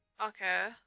Okay